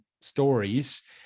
stories